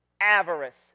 Avarice